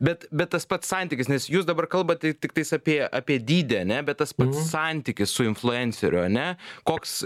bet bet tas pats santykis nes jūs dabar kalbate tiktais apie apie dydį ar ne bet tas santykis su influenceriu ar ne koks